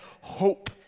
hope